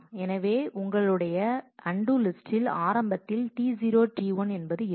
எனவே உங்கள் உடைய அன்டூ லிஸ்டில் ஆரம்பத்தில் T0 T1 என்பது இருக்கும்